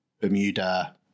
Bermuda